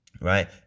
right